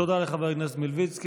תודה לחבר הכנסת מלביצקי.